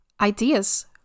Ideas